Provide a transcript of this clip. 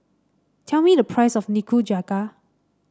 tell me the price of Nikujaga